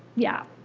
yeah.